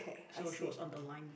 so she was on the line